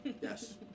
Yes